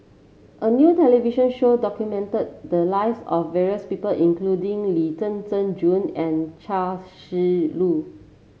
a new television show documented the lives of various people including Lee Zhen Zhen June and Chia Shi Lu